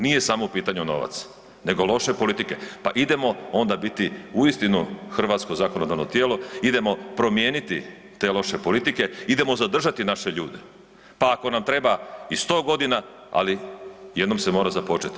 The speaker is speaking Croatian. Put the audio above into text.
Nije samo u pitanju novac nego loše politike, pa idemo onda biti uistinu hrvatsko zakonodavno tijelo, idemo promijeniti te loše politike, idemo zadržati naše ljude, pa ako nam treba i 100, ali jednom se mora započeti.